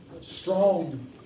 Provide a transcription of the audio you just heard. strong